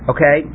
Okay